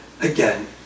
again